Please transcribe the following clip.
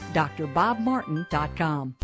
drbobmartin.com